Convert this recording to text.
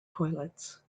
toilets